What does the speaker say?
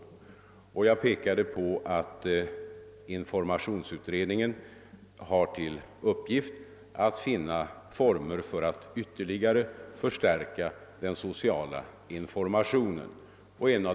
Informationsutredningen har — som jag redan nämnt i mitt svar — till uppgift att finna former för att ytterligare förstärka den sociala informationen.